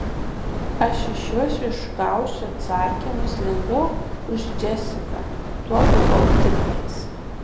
aš iš jos išgausiu atsakymus lengviau už džesiką tuo buvau tikras